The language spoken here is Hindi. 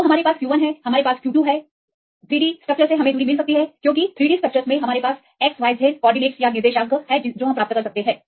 तो अब हमारे पास q1 है हमारे पास q2 है इसलिए3D स्ट्रक्चरस से दूरी के साथ क्योंकि 3 डी स्ट्रक्चरस में हम xyz निर्देशांक प्राप्त करते हैं